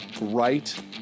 right